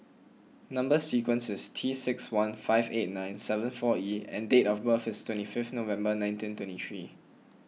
Number Sequence is T six one five eight nine seven four E and date of birth is twenty five November nineteen twenty three